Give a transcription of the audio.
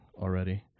already